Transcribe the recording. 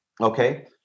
Okay